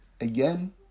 Again